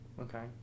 Okay